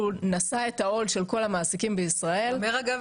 הוא נשא את העול של כל המעסיקים בישראל -- אגב,